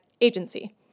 Agency